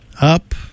Up